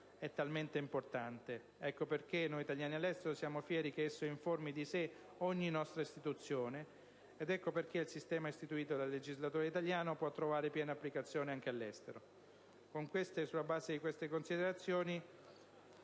è talmente importante. Ecco perché noi italiani all'estero siamo fieri che esso informi di sé ogni nostra istituzione. Ed ecco perché il sistema istituito dal legislatore italiano può trovare piena applicazione anche all'estero. Sulla base di queste considerazioni,